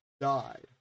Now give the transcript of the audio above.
died